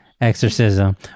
exorcism